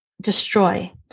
Destroy